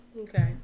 Okay